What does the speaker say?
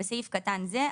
בסעיף קטן זה,